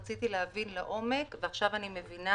רציתי להבין לעומק, ועכשיו אני מבינה